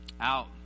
out